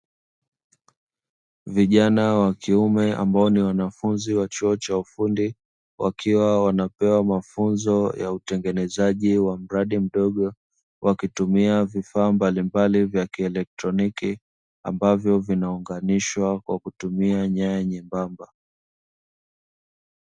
Vijana wa kiume ambao ni wanafunzi wa chuo cha ufundi, wakiwa wanapewa mafunzo ya utengenezaji wa mradi mdogo,w akitumia vifaa mbalimbali vya kieletroniki ambavyo vinaunganishwa kwa nyaya nyembamba.